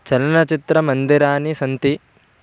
चलनचित्रमन्दिराणि सन्ति